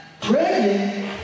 Pregnant